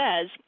says